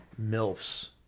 milfs